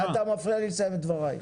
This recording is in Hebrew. אתה מפריע לי לסיים את דבריי.